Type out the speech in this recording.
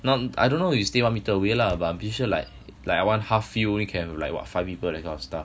no I don't know you stay one metre away lah but pretty sure like one half field only can like what five people that kind of stuff